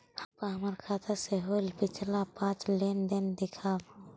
कृपा हमर खाता से होईल पिछला पाँच लेनदेन दिखाव